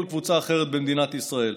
או כל קבוצה אחרת במדינת ישראל.